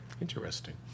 Interesting